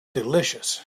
delicious